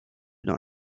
dans